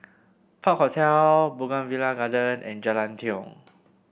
Park Hotel Bougainvillea Garden and Jalan Tiong